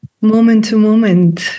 moment-to-moment